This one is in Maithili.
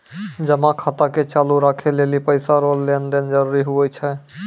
जमा खाता के चालू राखै लेली पैसा रो लेन देन जरूरी हुवै छै